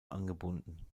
angebunden